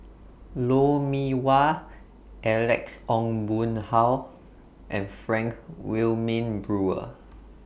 Lou Mee Wah Alex Ong Boon Hau and Frank Wilmin Brewer